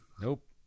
Nope